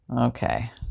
okay